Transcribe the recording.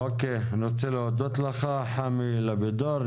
אוקיי, אני רוצה להודות לך, חמי לפידור.